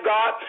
God